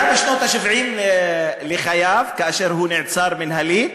היה בשנות ה-70 לחייו כאשר הוא נעצר מינהלית.